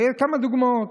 כמה דוגמאות.